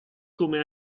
come